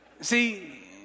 See